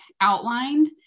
outlined